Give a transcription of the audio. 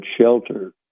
shelter